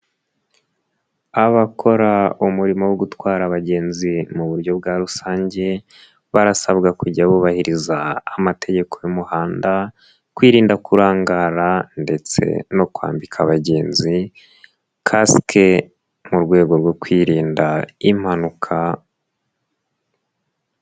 Abakora umurimo wo gutwara abagenzi mu buryo bwa rusange, barasabwa kujya bubahiriza amategeko y'umuhanda, kwirinda kurangara ndetse no kwambika abagenzi kasike mu rwego rwo kwirinda impanuka.